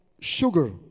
sugar